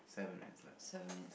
seven minutes left